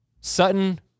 Sutton